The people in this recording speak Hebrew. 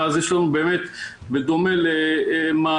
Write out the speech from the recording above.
ואז יש לנו באמת בדומה למעליות,